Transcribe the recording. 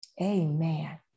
amen